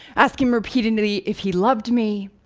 asking repeatedly if he loved me.